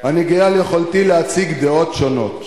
אני גאה על יכולתי להציג דעות שונות.